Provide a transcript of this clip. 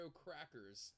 crackers